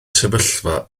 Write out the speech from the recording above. sefyllfa